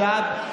תתבייש.